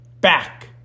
Back